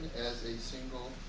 as a single